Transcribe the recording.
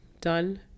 done